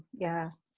yeah.